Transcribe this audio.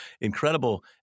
incredible